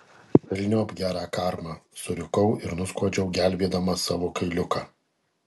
velniop gerą karmą surikau ir nuskuodžiau gelbėdama savo kailiuką